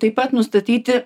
taip pat nustatyti